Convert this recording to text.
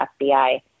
FBI